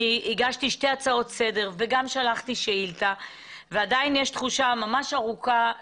אני הגשתי שתי הצעות לסדר וגם שלחתי שאילתה ועדיין יש תחושה של סחבת,